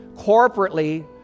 corporately